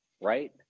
right